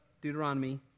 Deuteronomy